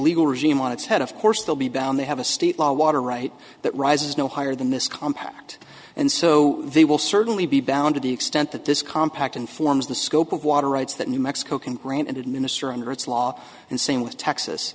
legal regime on its head of course they'll be bound they have a state law water right that rises no higher than this compact and so they will certainly be bound to the extent that this compact informs the scope of water rights that new mexico can grant and administer under its law and same with texas